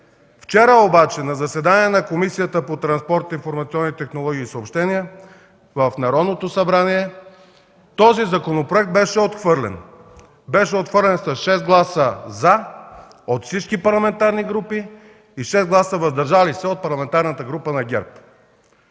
Вчера обаче на заседанието на Комисията по транспорт, информационни технологии и съобщения в Народното събрание този законопроект беше отхвърлен. Беше отхвърлен с 6 гласа „за” от всички парламентарни групи и 6 гласа „въздържали се” от Парламентарната група на ГЕРБ.